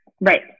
Right